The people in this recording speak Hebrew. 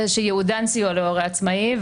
אלא שייעודן סיוע להורה עצמאי,